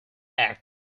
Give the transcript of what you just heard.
act